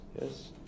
Yes